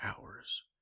hours